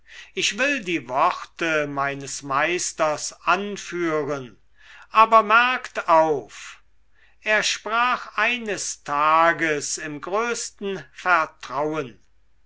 ich will die worte meines meisters anführen aber merkt auf er sprach eines tages im größten vertrauen